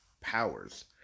powers